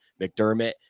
McDermott